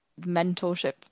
mentorship